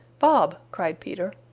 bob! cried peter.